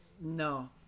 No